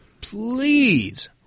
Please